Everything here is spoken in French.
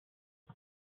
des